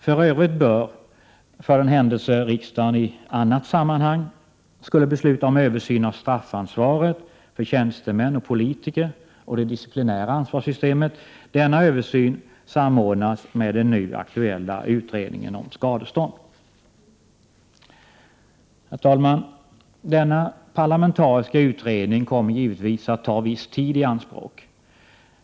För övrigt bör — för den händelse riksdagen i annat sammanhang skulle besluta om översyn av straffansvaret för tjänstemän och politiker och det disciplinära ansvarssystemet — denna översyn samordnas med den nu aktuella utredningen om skadestånd. Herr talman! Denna parlamentariska utredning kommer givetvis att ta viss tid i anspråk.